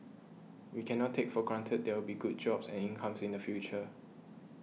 we cannot take for granted there'll be good jobs and incomes in the future